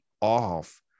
off